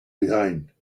behind